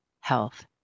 health